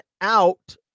out